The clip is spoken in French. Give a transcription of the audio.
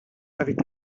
avec